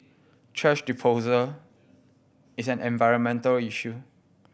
thrash disposal is an environmental issue